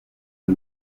the